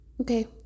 Okay